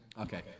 Okay